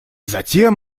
затем